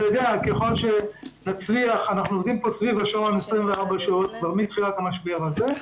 אנחנו עובדים פה 24 שעות סביב השעון מתחילת המשבר הזה.